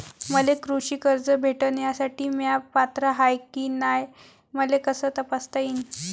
मले कृषी कर्ज भेटन यासाठी म्या पात्र हाय की नाय मले कस तपासता येईन?